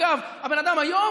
אגב, הבן אדם היום